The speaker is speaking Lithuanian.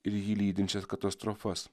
ir jį lydinčias katastrofas